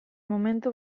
momentu